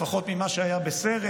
לפחות ממה שהיה בסרט.